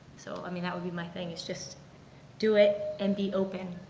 so, i mean, that would be my thing is just do it and be open.